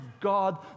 God